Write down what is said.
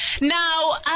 Now